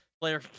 player